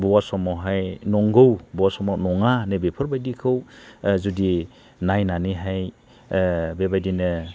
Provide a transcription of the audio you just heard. बबावबा समावहाय नंगौ बा बबावबा समावहाय नङा नै बेफोरबायदिखौ जुदि नायनानैहाय बेबादिनो